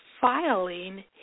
filing